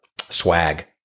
swag